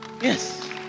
yes